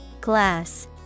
Glass